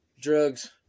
Drugs